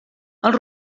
els